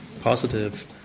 positive